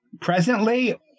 Presently